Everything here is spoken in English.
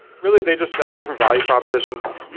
really, they've just felt different value propositions.